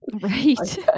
Right